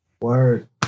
word